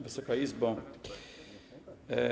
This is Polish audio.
Wysoka Izbo!